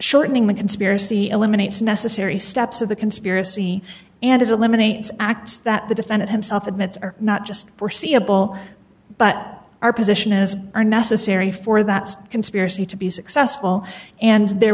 shortening the conspiracy eliminates necessary steps of the conspiracy and it eliminates acts that the defendant himself admits are not just foreseeable but our position is are necessary for that conspiracy to be successful and there